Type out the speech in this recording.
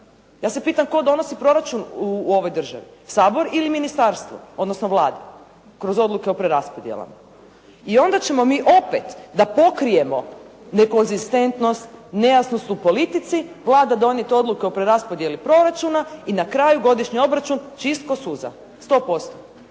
Ja se pitam tko donosi proračun u ovoj državi Sabor ili ministarstvo, odnosno Vlada kroz odluke o preraspodjelama. I onda ćemo mi opet da pokrijemo nekonzistentnost, nejasnost u politici Vlada donijeti odluke o preraspodjeli proračuna i na kraju godišnji obračun čist ko suza, sto